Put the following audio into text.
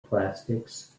plastics